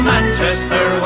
Manchester